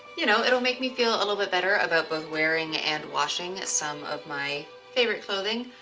you know, it'll make me feel a little bit better about both wearing and washing some of my favorite clothing,